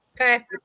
Okay